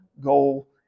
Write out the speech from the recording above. goal